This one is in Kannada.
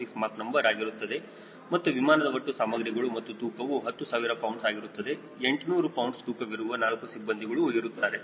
6 ಮಾಕ್ ನಂಬರ್ಆಗಿರುತ್ತದೆ ಮತ್ತು ವಿಮಾನದ ಒಟ್ಟು ಸಾಮಗ್ರಿಗಳು ಮತ್ತು ತೂಕವು 10000 ಪೌಂಡ್ಸ್ ಆಗಿರುತ್ತದೆ 800 ಪೌಂಡ್ಸ್ ತೂಕವಿರುವ 4 ಸಿಬ್ಬಂದಿಗಳು ಇರುತ್ತಾರೆ